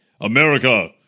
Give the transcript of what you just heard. America